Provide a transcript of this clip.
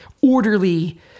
orderly